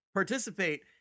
participate